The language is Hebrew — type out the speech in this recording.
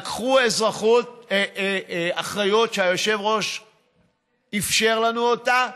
לקחו אחריות, שהיושב-ראש אפשר לנו אותה,